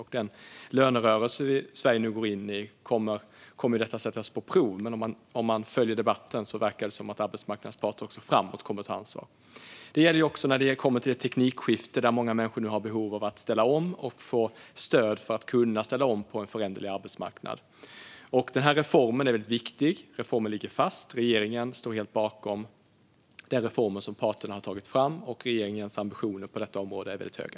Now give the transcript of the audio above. I den lönerörelse som Sverige nu går in i kommer detta att sättas på prov, men utifrån debatten verkar det som att arbetsmarknadens parter också framöver kommer att ta ansvar. Detta gäller också när det kommer till det teknikskifte där många människor nu har behov av att ställa om och få stöd för att kunna göra detta på en föränderlig arbetsmarknad. Reformen är viktig. Reformen ligger fast. Regeringen står helt bakom reformen, som parterna har tagit fram, och regeringens ambitioner på detta område är höga.